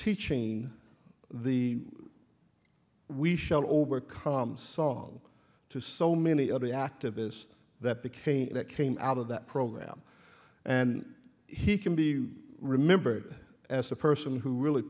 teaching the we shall overcome song to so many of the activists that became that came out of that program and he can be remembered as the person who really